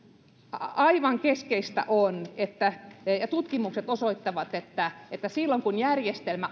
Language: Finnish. aivan keskeistä on ja tutkimukset osoittavat että että silloin kun järjestelmä